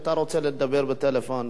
אתה רוצה לדבר בטלפון,